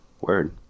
Word